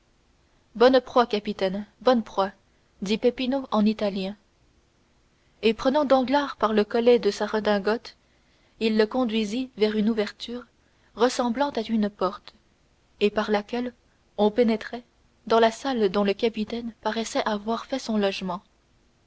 capitaine bonne proie dit peppino en italien et prenant danglars par le collet de sa redingote il le conduisit vers une ouverture ressemblant à une porte et par laquelle on pénétrait dans la salle dont le capitaine paraissait avoir fait son logement